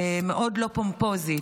מאוד לא פומפוזית,